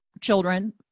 children